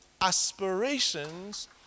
aspirations